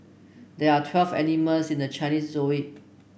there are twelve animals in the Chinese